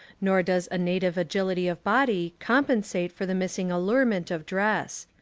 nor does a native agility of body compensate for the missing allurement of dress.